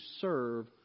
serve